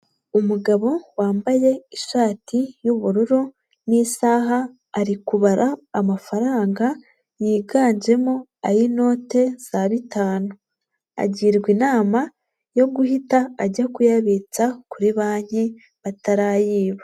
Umugabo wambaye ishati y'ubururu n'isaha, ari kubara amafaranga yiganjemo ay'inote za bitanu. Agirwa inama yo guhita ajya kuyabitsa kuri banki batarayiba.